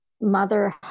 mother